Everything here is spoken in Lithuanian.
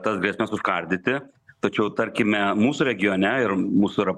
tas grėsmes užkardyti tačiau tarkime mūsų regione ir mūsų yra